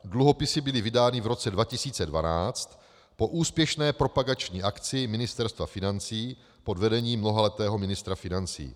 Dluhopisy byly vydány v roce 2012 po úspěšné propagační akci Ministerstva financí pod vedením mnohaletého ministra financí.